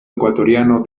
ecuatoriano